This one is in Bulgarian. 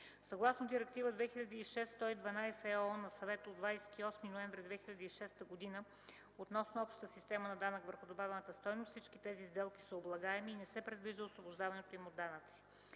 Съгласно Директива 2006/112/ЕО на Съвета от 28 ноември 2006 г. относно общата система на данъка върху добавената стойност всички тези сделки са облагаеми и не се предвижда освобождаване им от данъци.